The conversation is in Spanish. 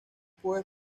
puedo